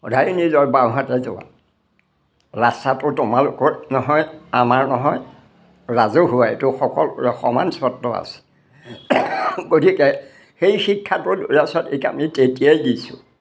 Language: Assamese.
সদায় নিজৰ বাওঁহাতে যোৱা ৰাস্তাটো তোমালোকৰ নহয় আমাৰ নহয় ৰাজহুৱা এইটো সকলোৰে সমান স্বত্ত্ব আছে গতিকে সেই শিক্ষাটোৰ ল'ৰা ছোৱালীক এই আমি তেতিয়াই দিছোঁ